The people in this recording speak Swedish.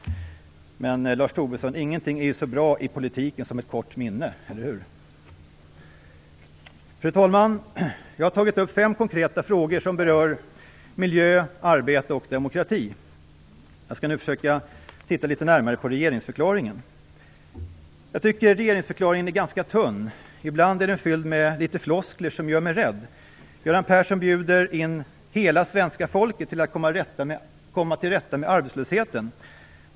Men ingenting är så bra i politiken som ett kort minne, eller hur, Lars Fru talman! Jag har tagit upp fem konkreta frågor som berör miljö, arbete och demokrati. Jag skall nu försöka titta litet närmare på regeringsförklaringen. Jag tycker att regeringsförklaringen är ganska tunn. Ibland är den fylld med litet floskler, något som gör mig rädd. Göran Persson bjuder in hela svenska folket att komma till rätta med arbetslösheten.